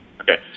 Okay